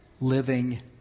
living